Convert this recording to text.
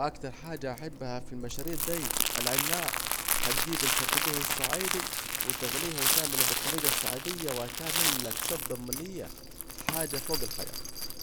اكتر حاجة بحبها في المشاريب ديه العناب، هتجيب الكركديه الصعيدي وتغليه وتعمله بالطريجة الصعيدية وهتعملك شوب انما ايه حاجة فوج الخيال